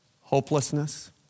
hopelessness